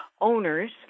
owners